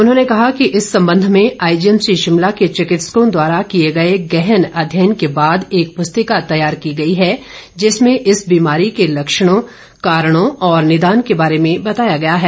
उन्होंने कहा कि इस संबंध में आईजीएमसी शिमला के चिकित्सकों द्वारा किए गए गहन अध्ययन के बाद एक पुस्तिका तैयार की गई है जिसमें इस बीमारी के लक्षणों कारणों और निदान के बारे में बताया गया है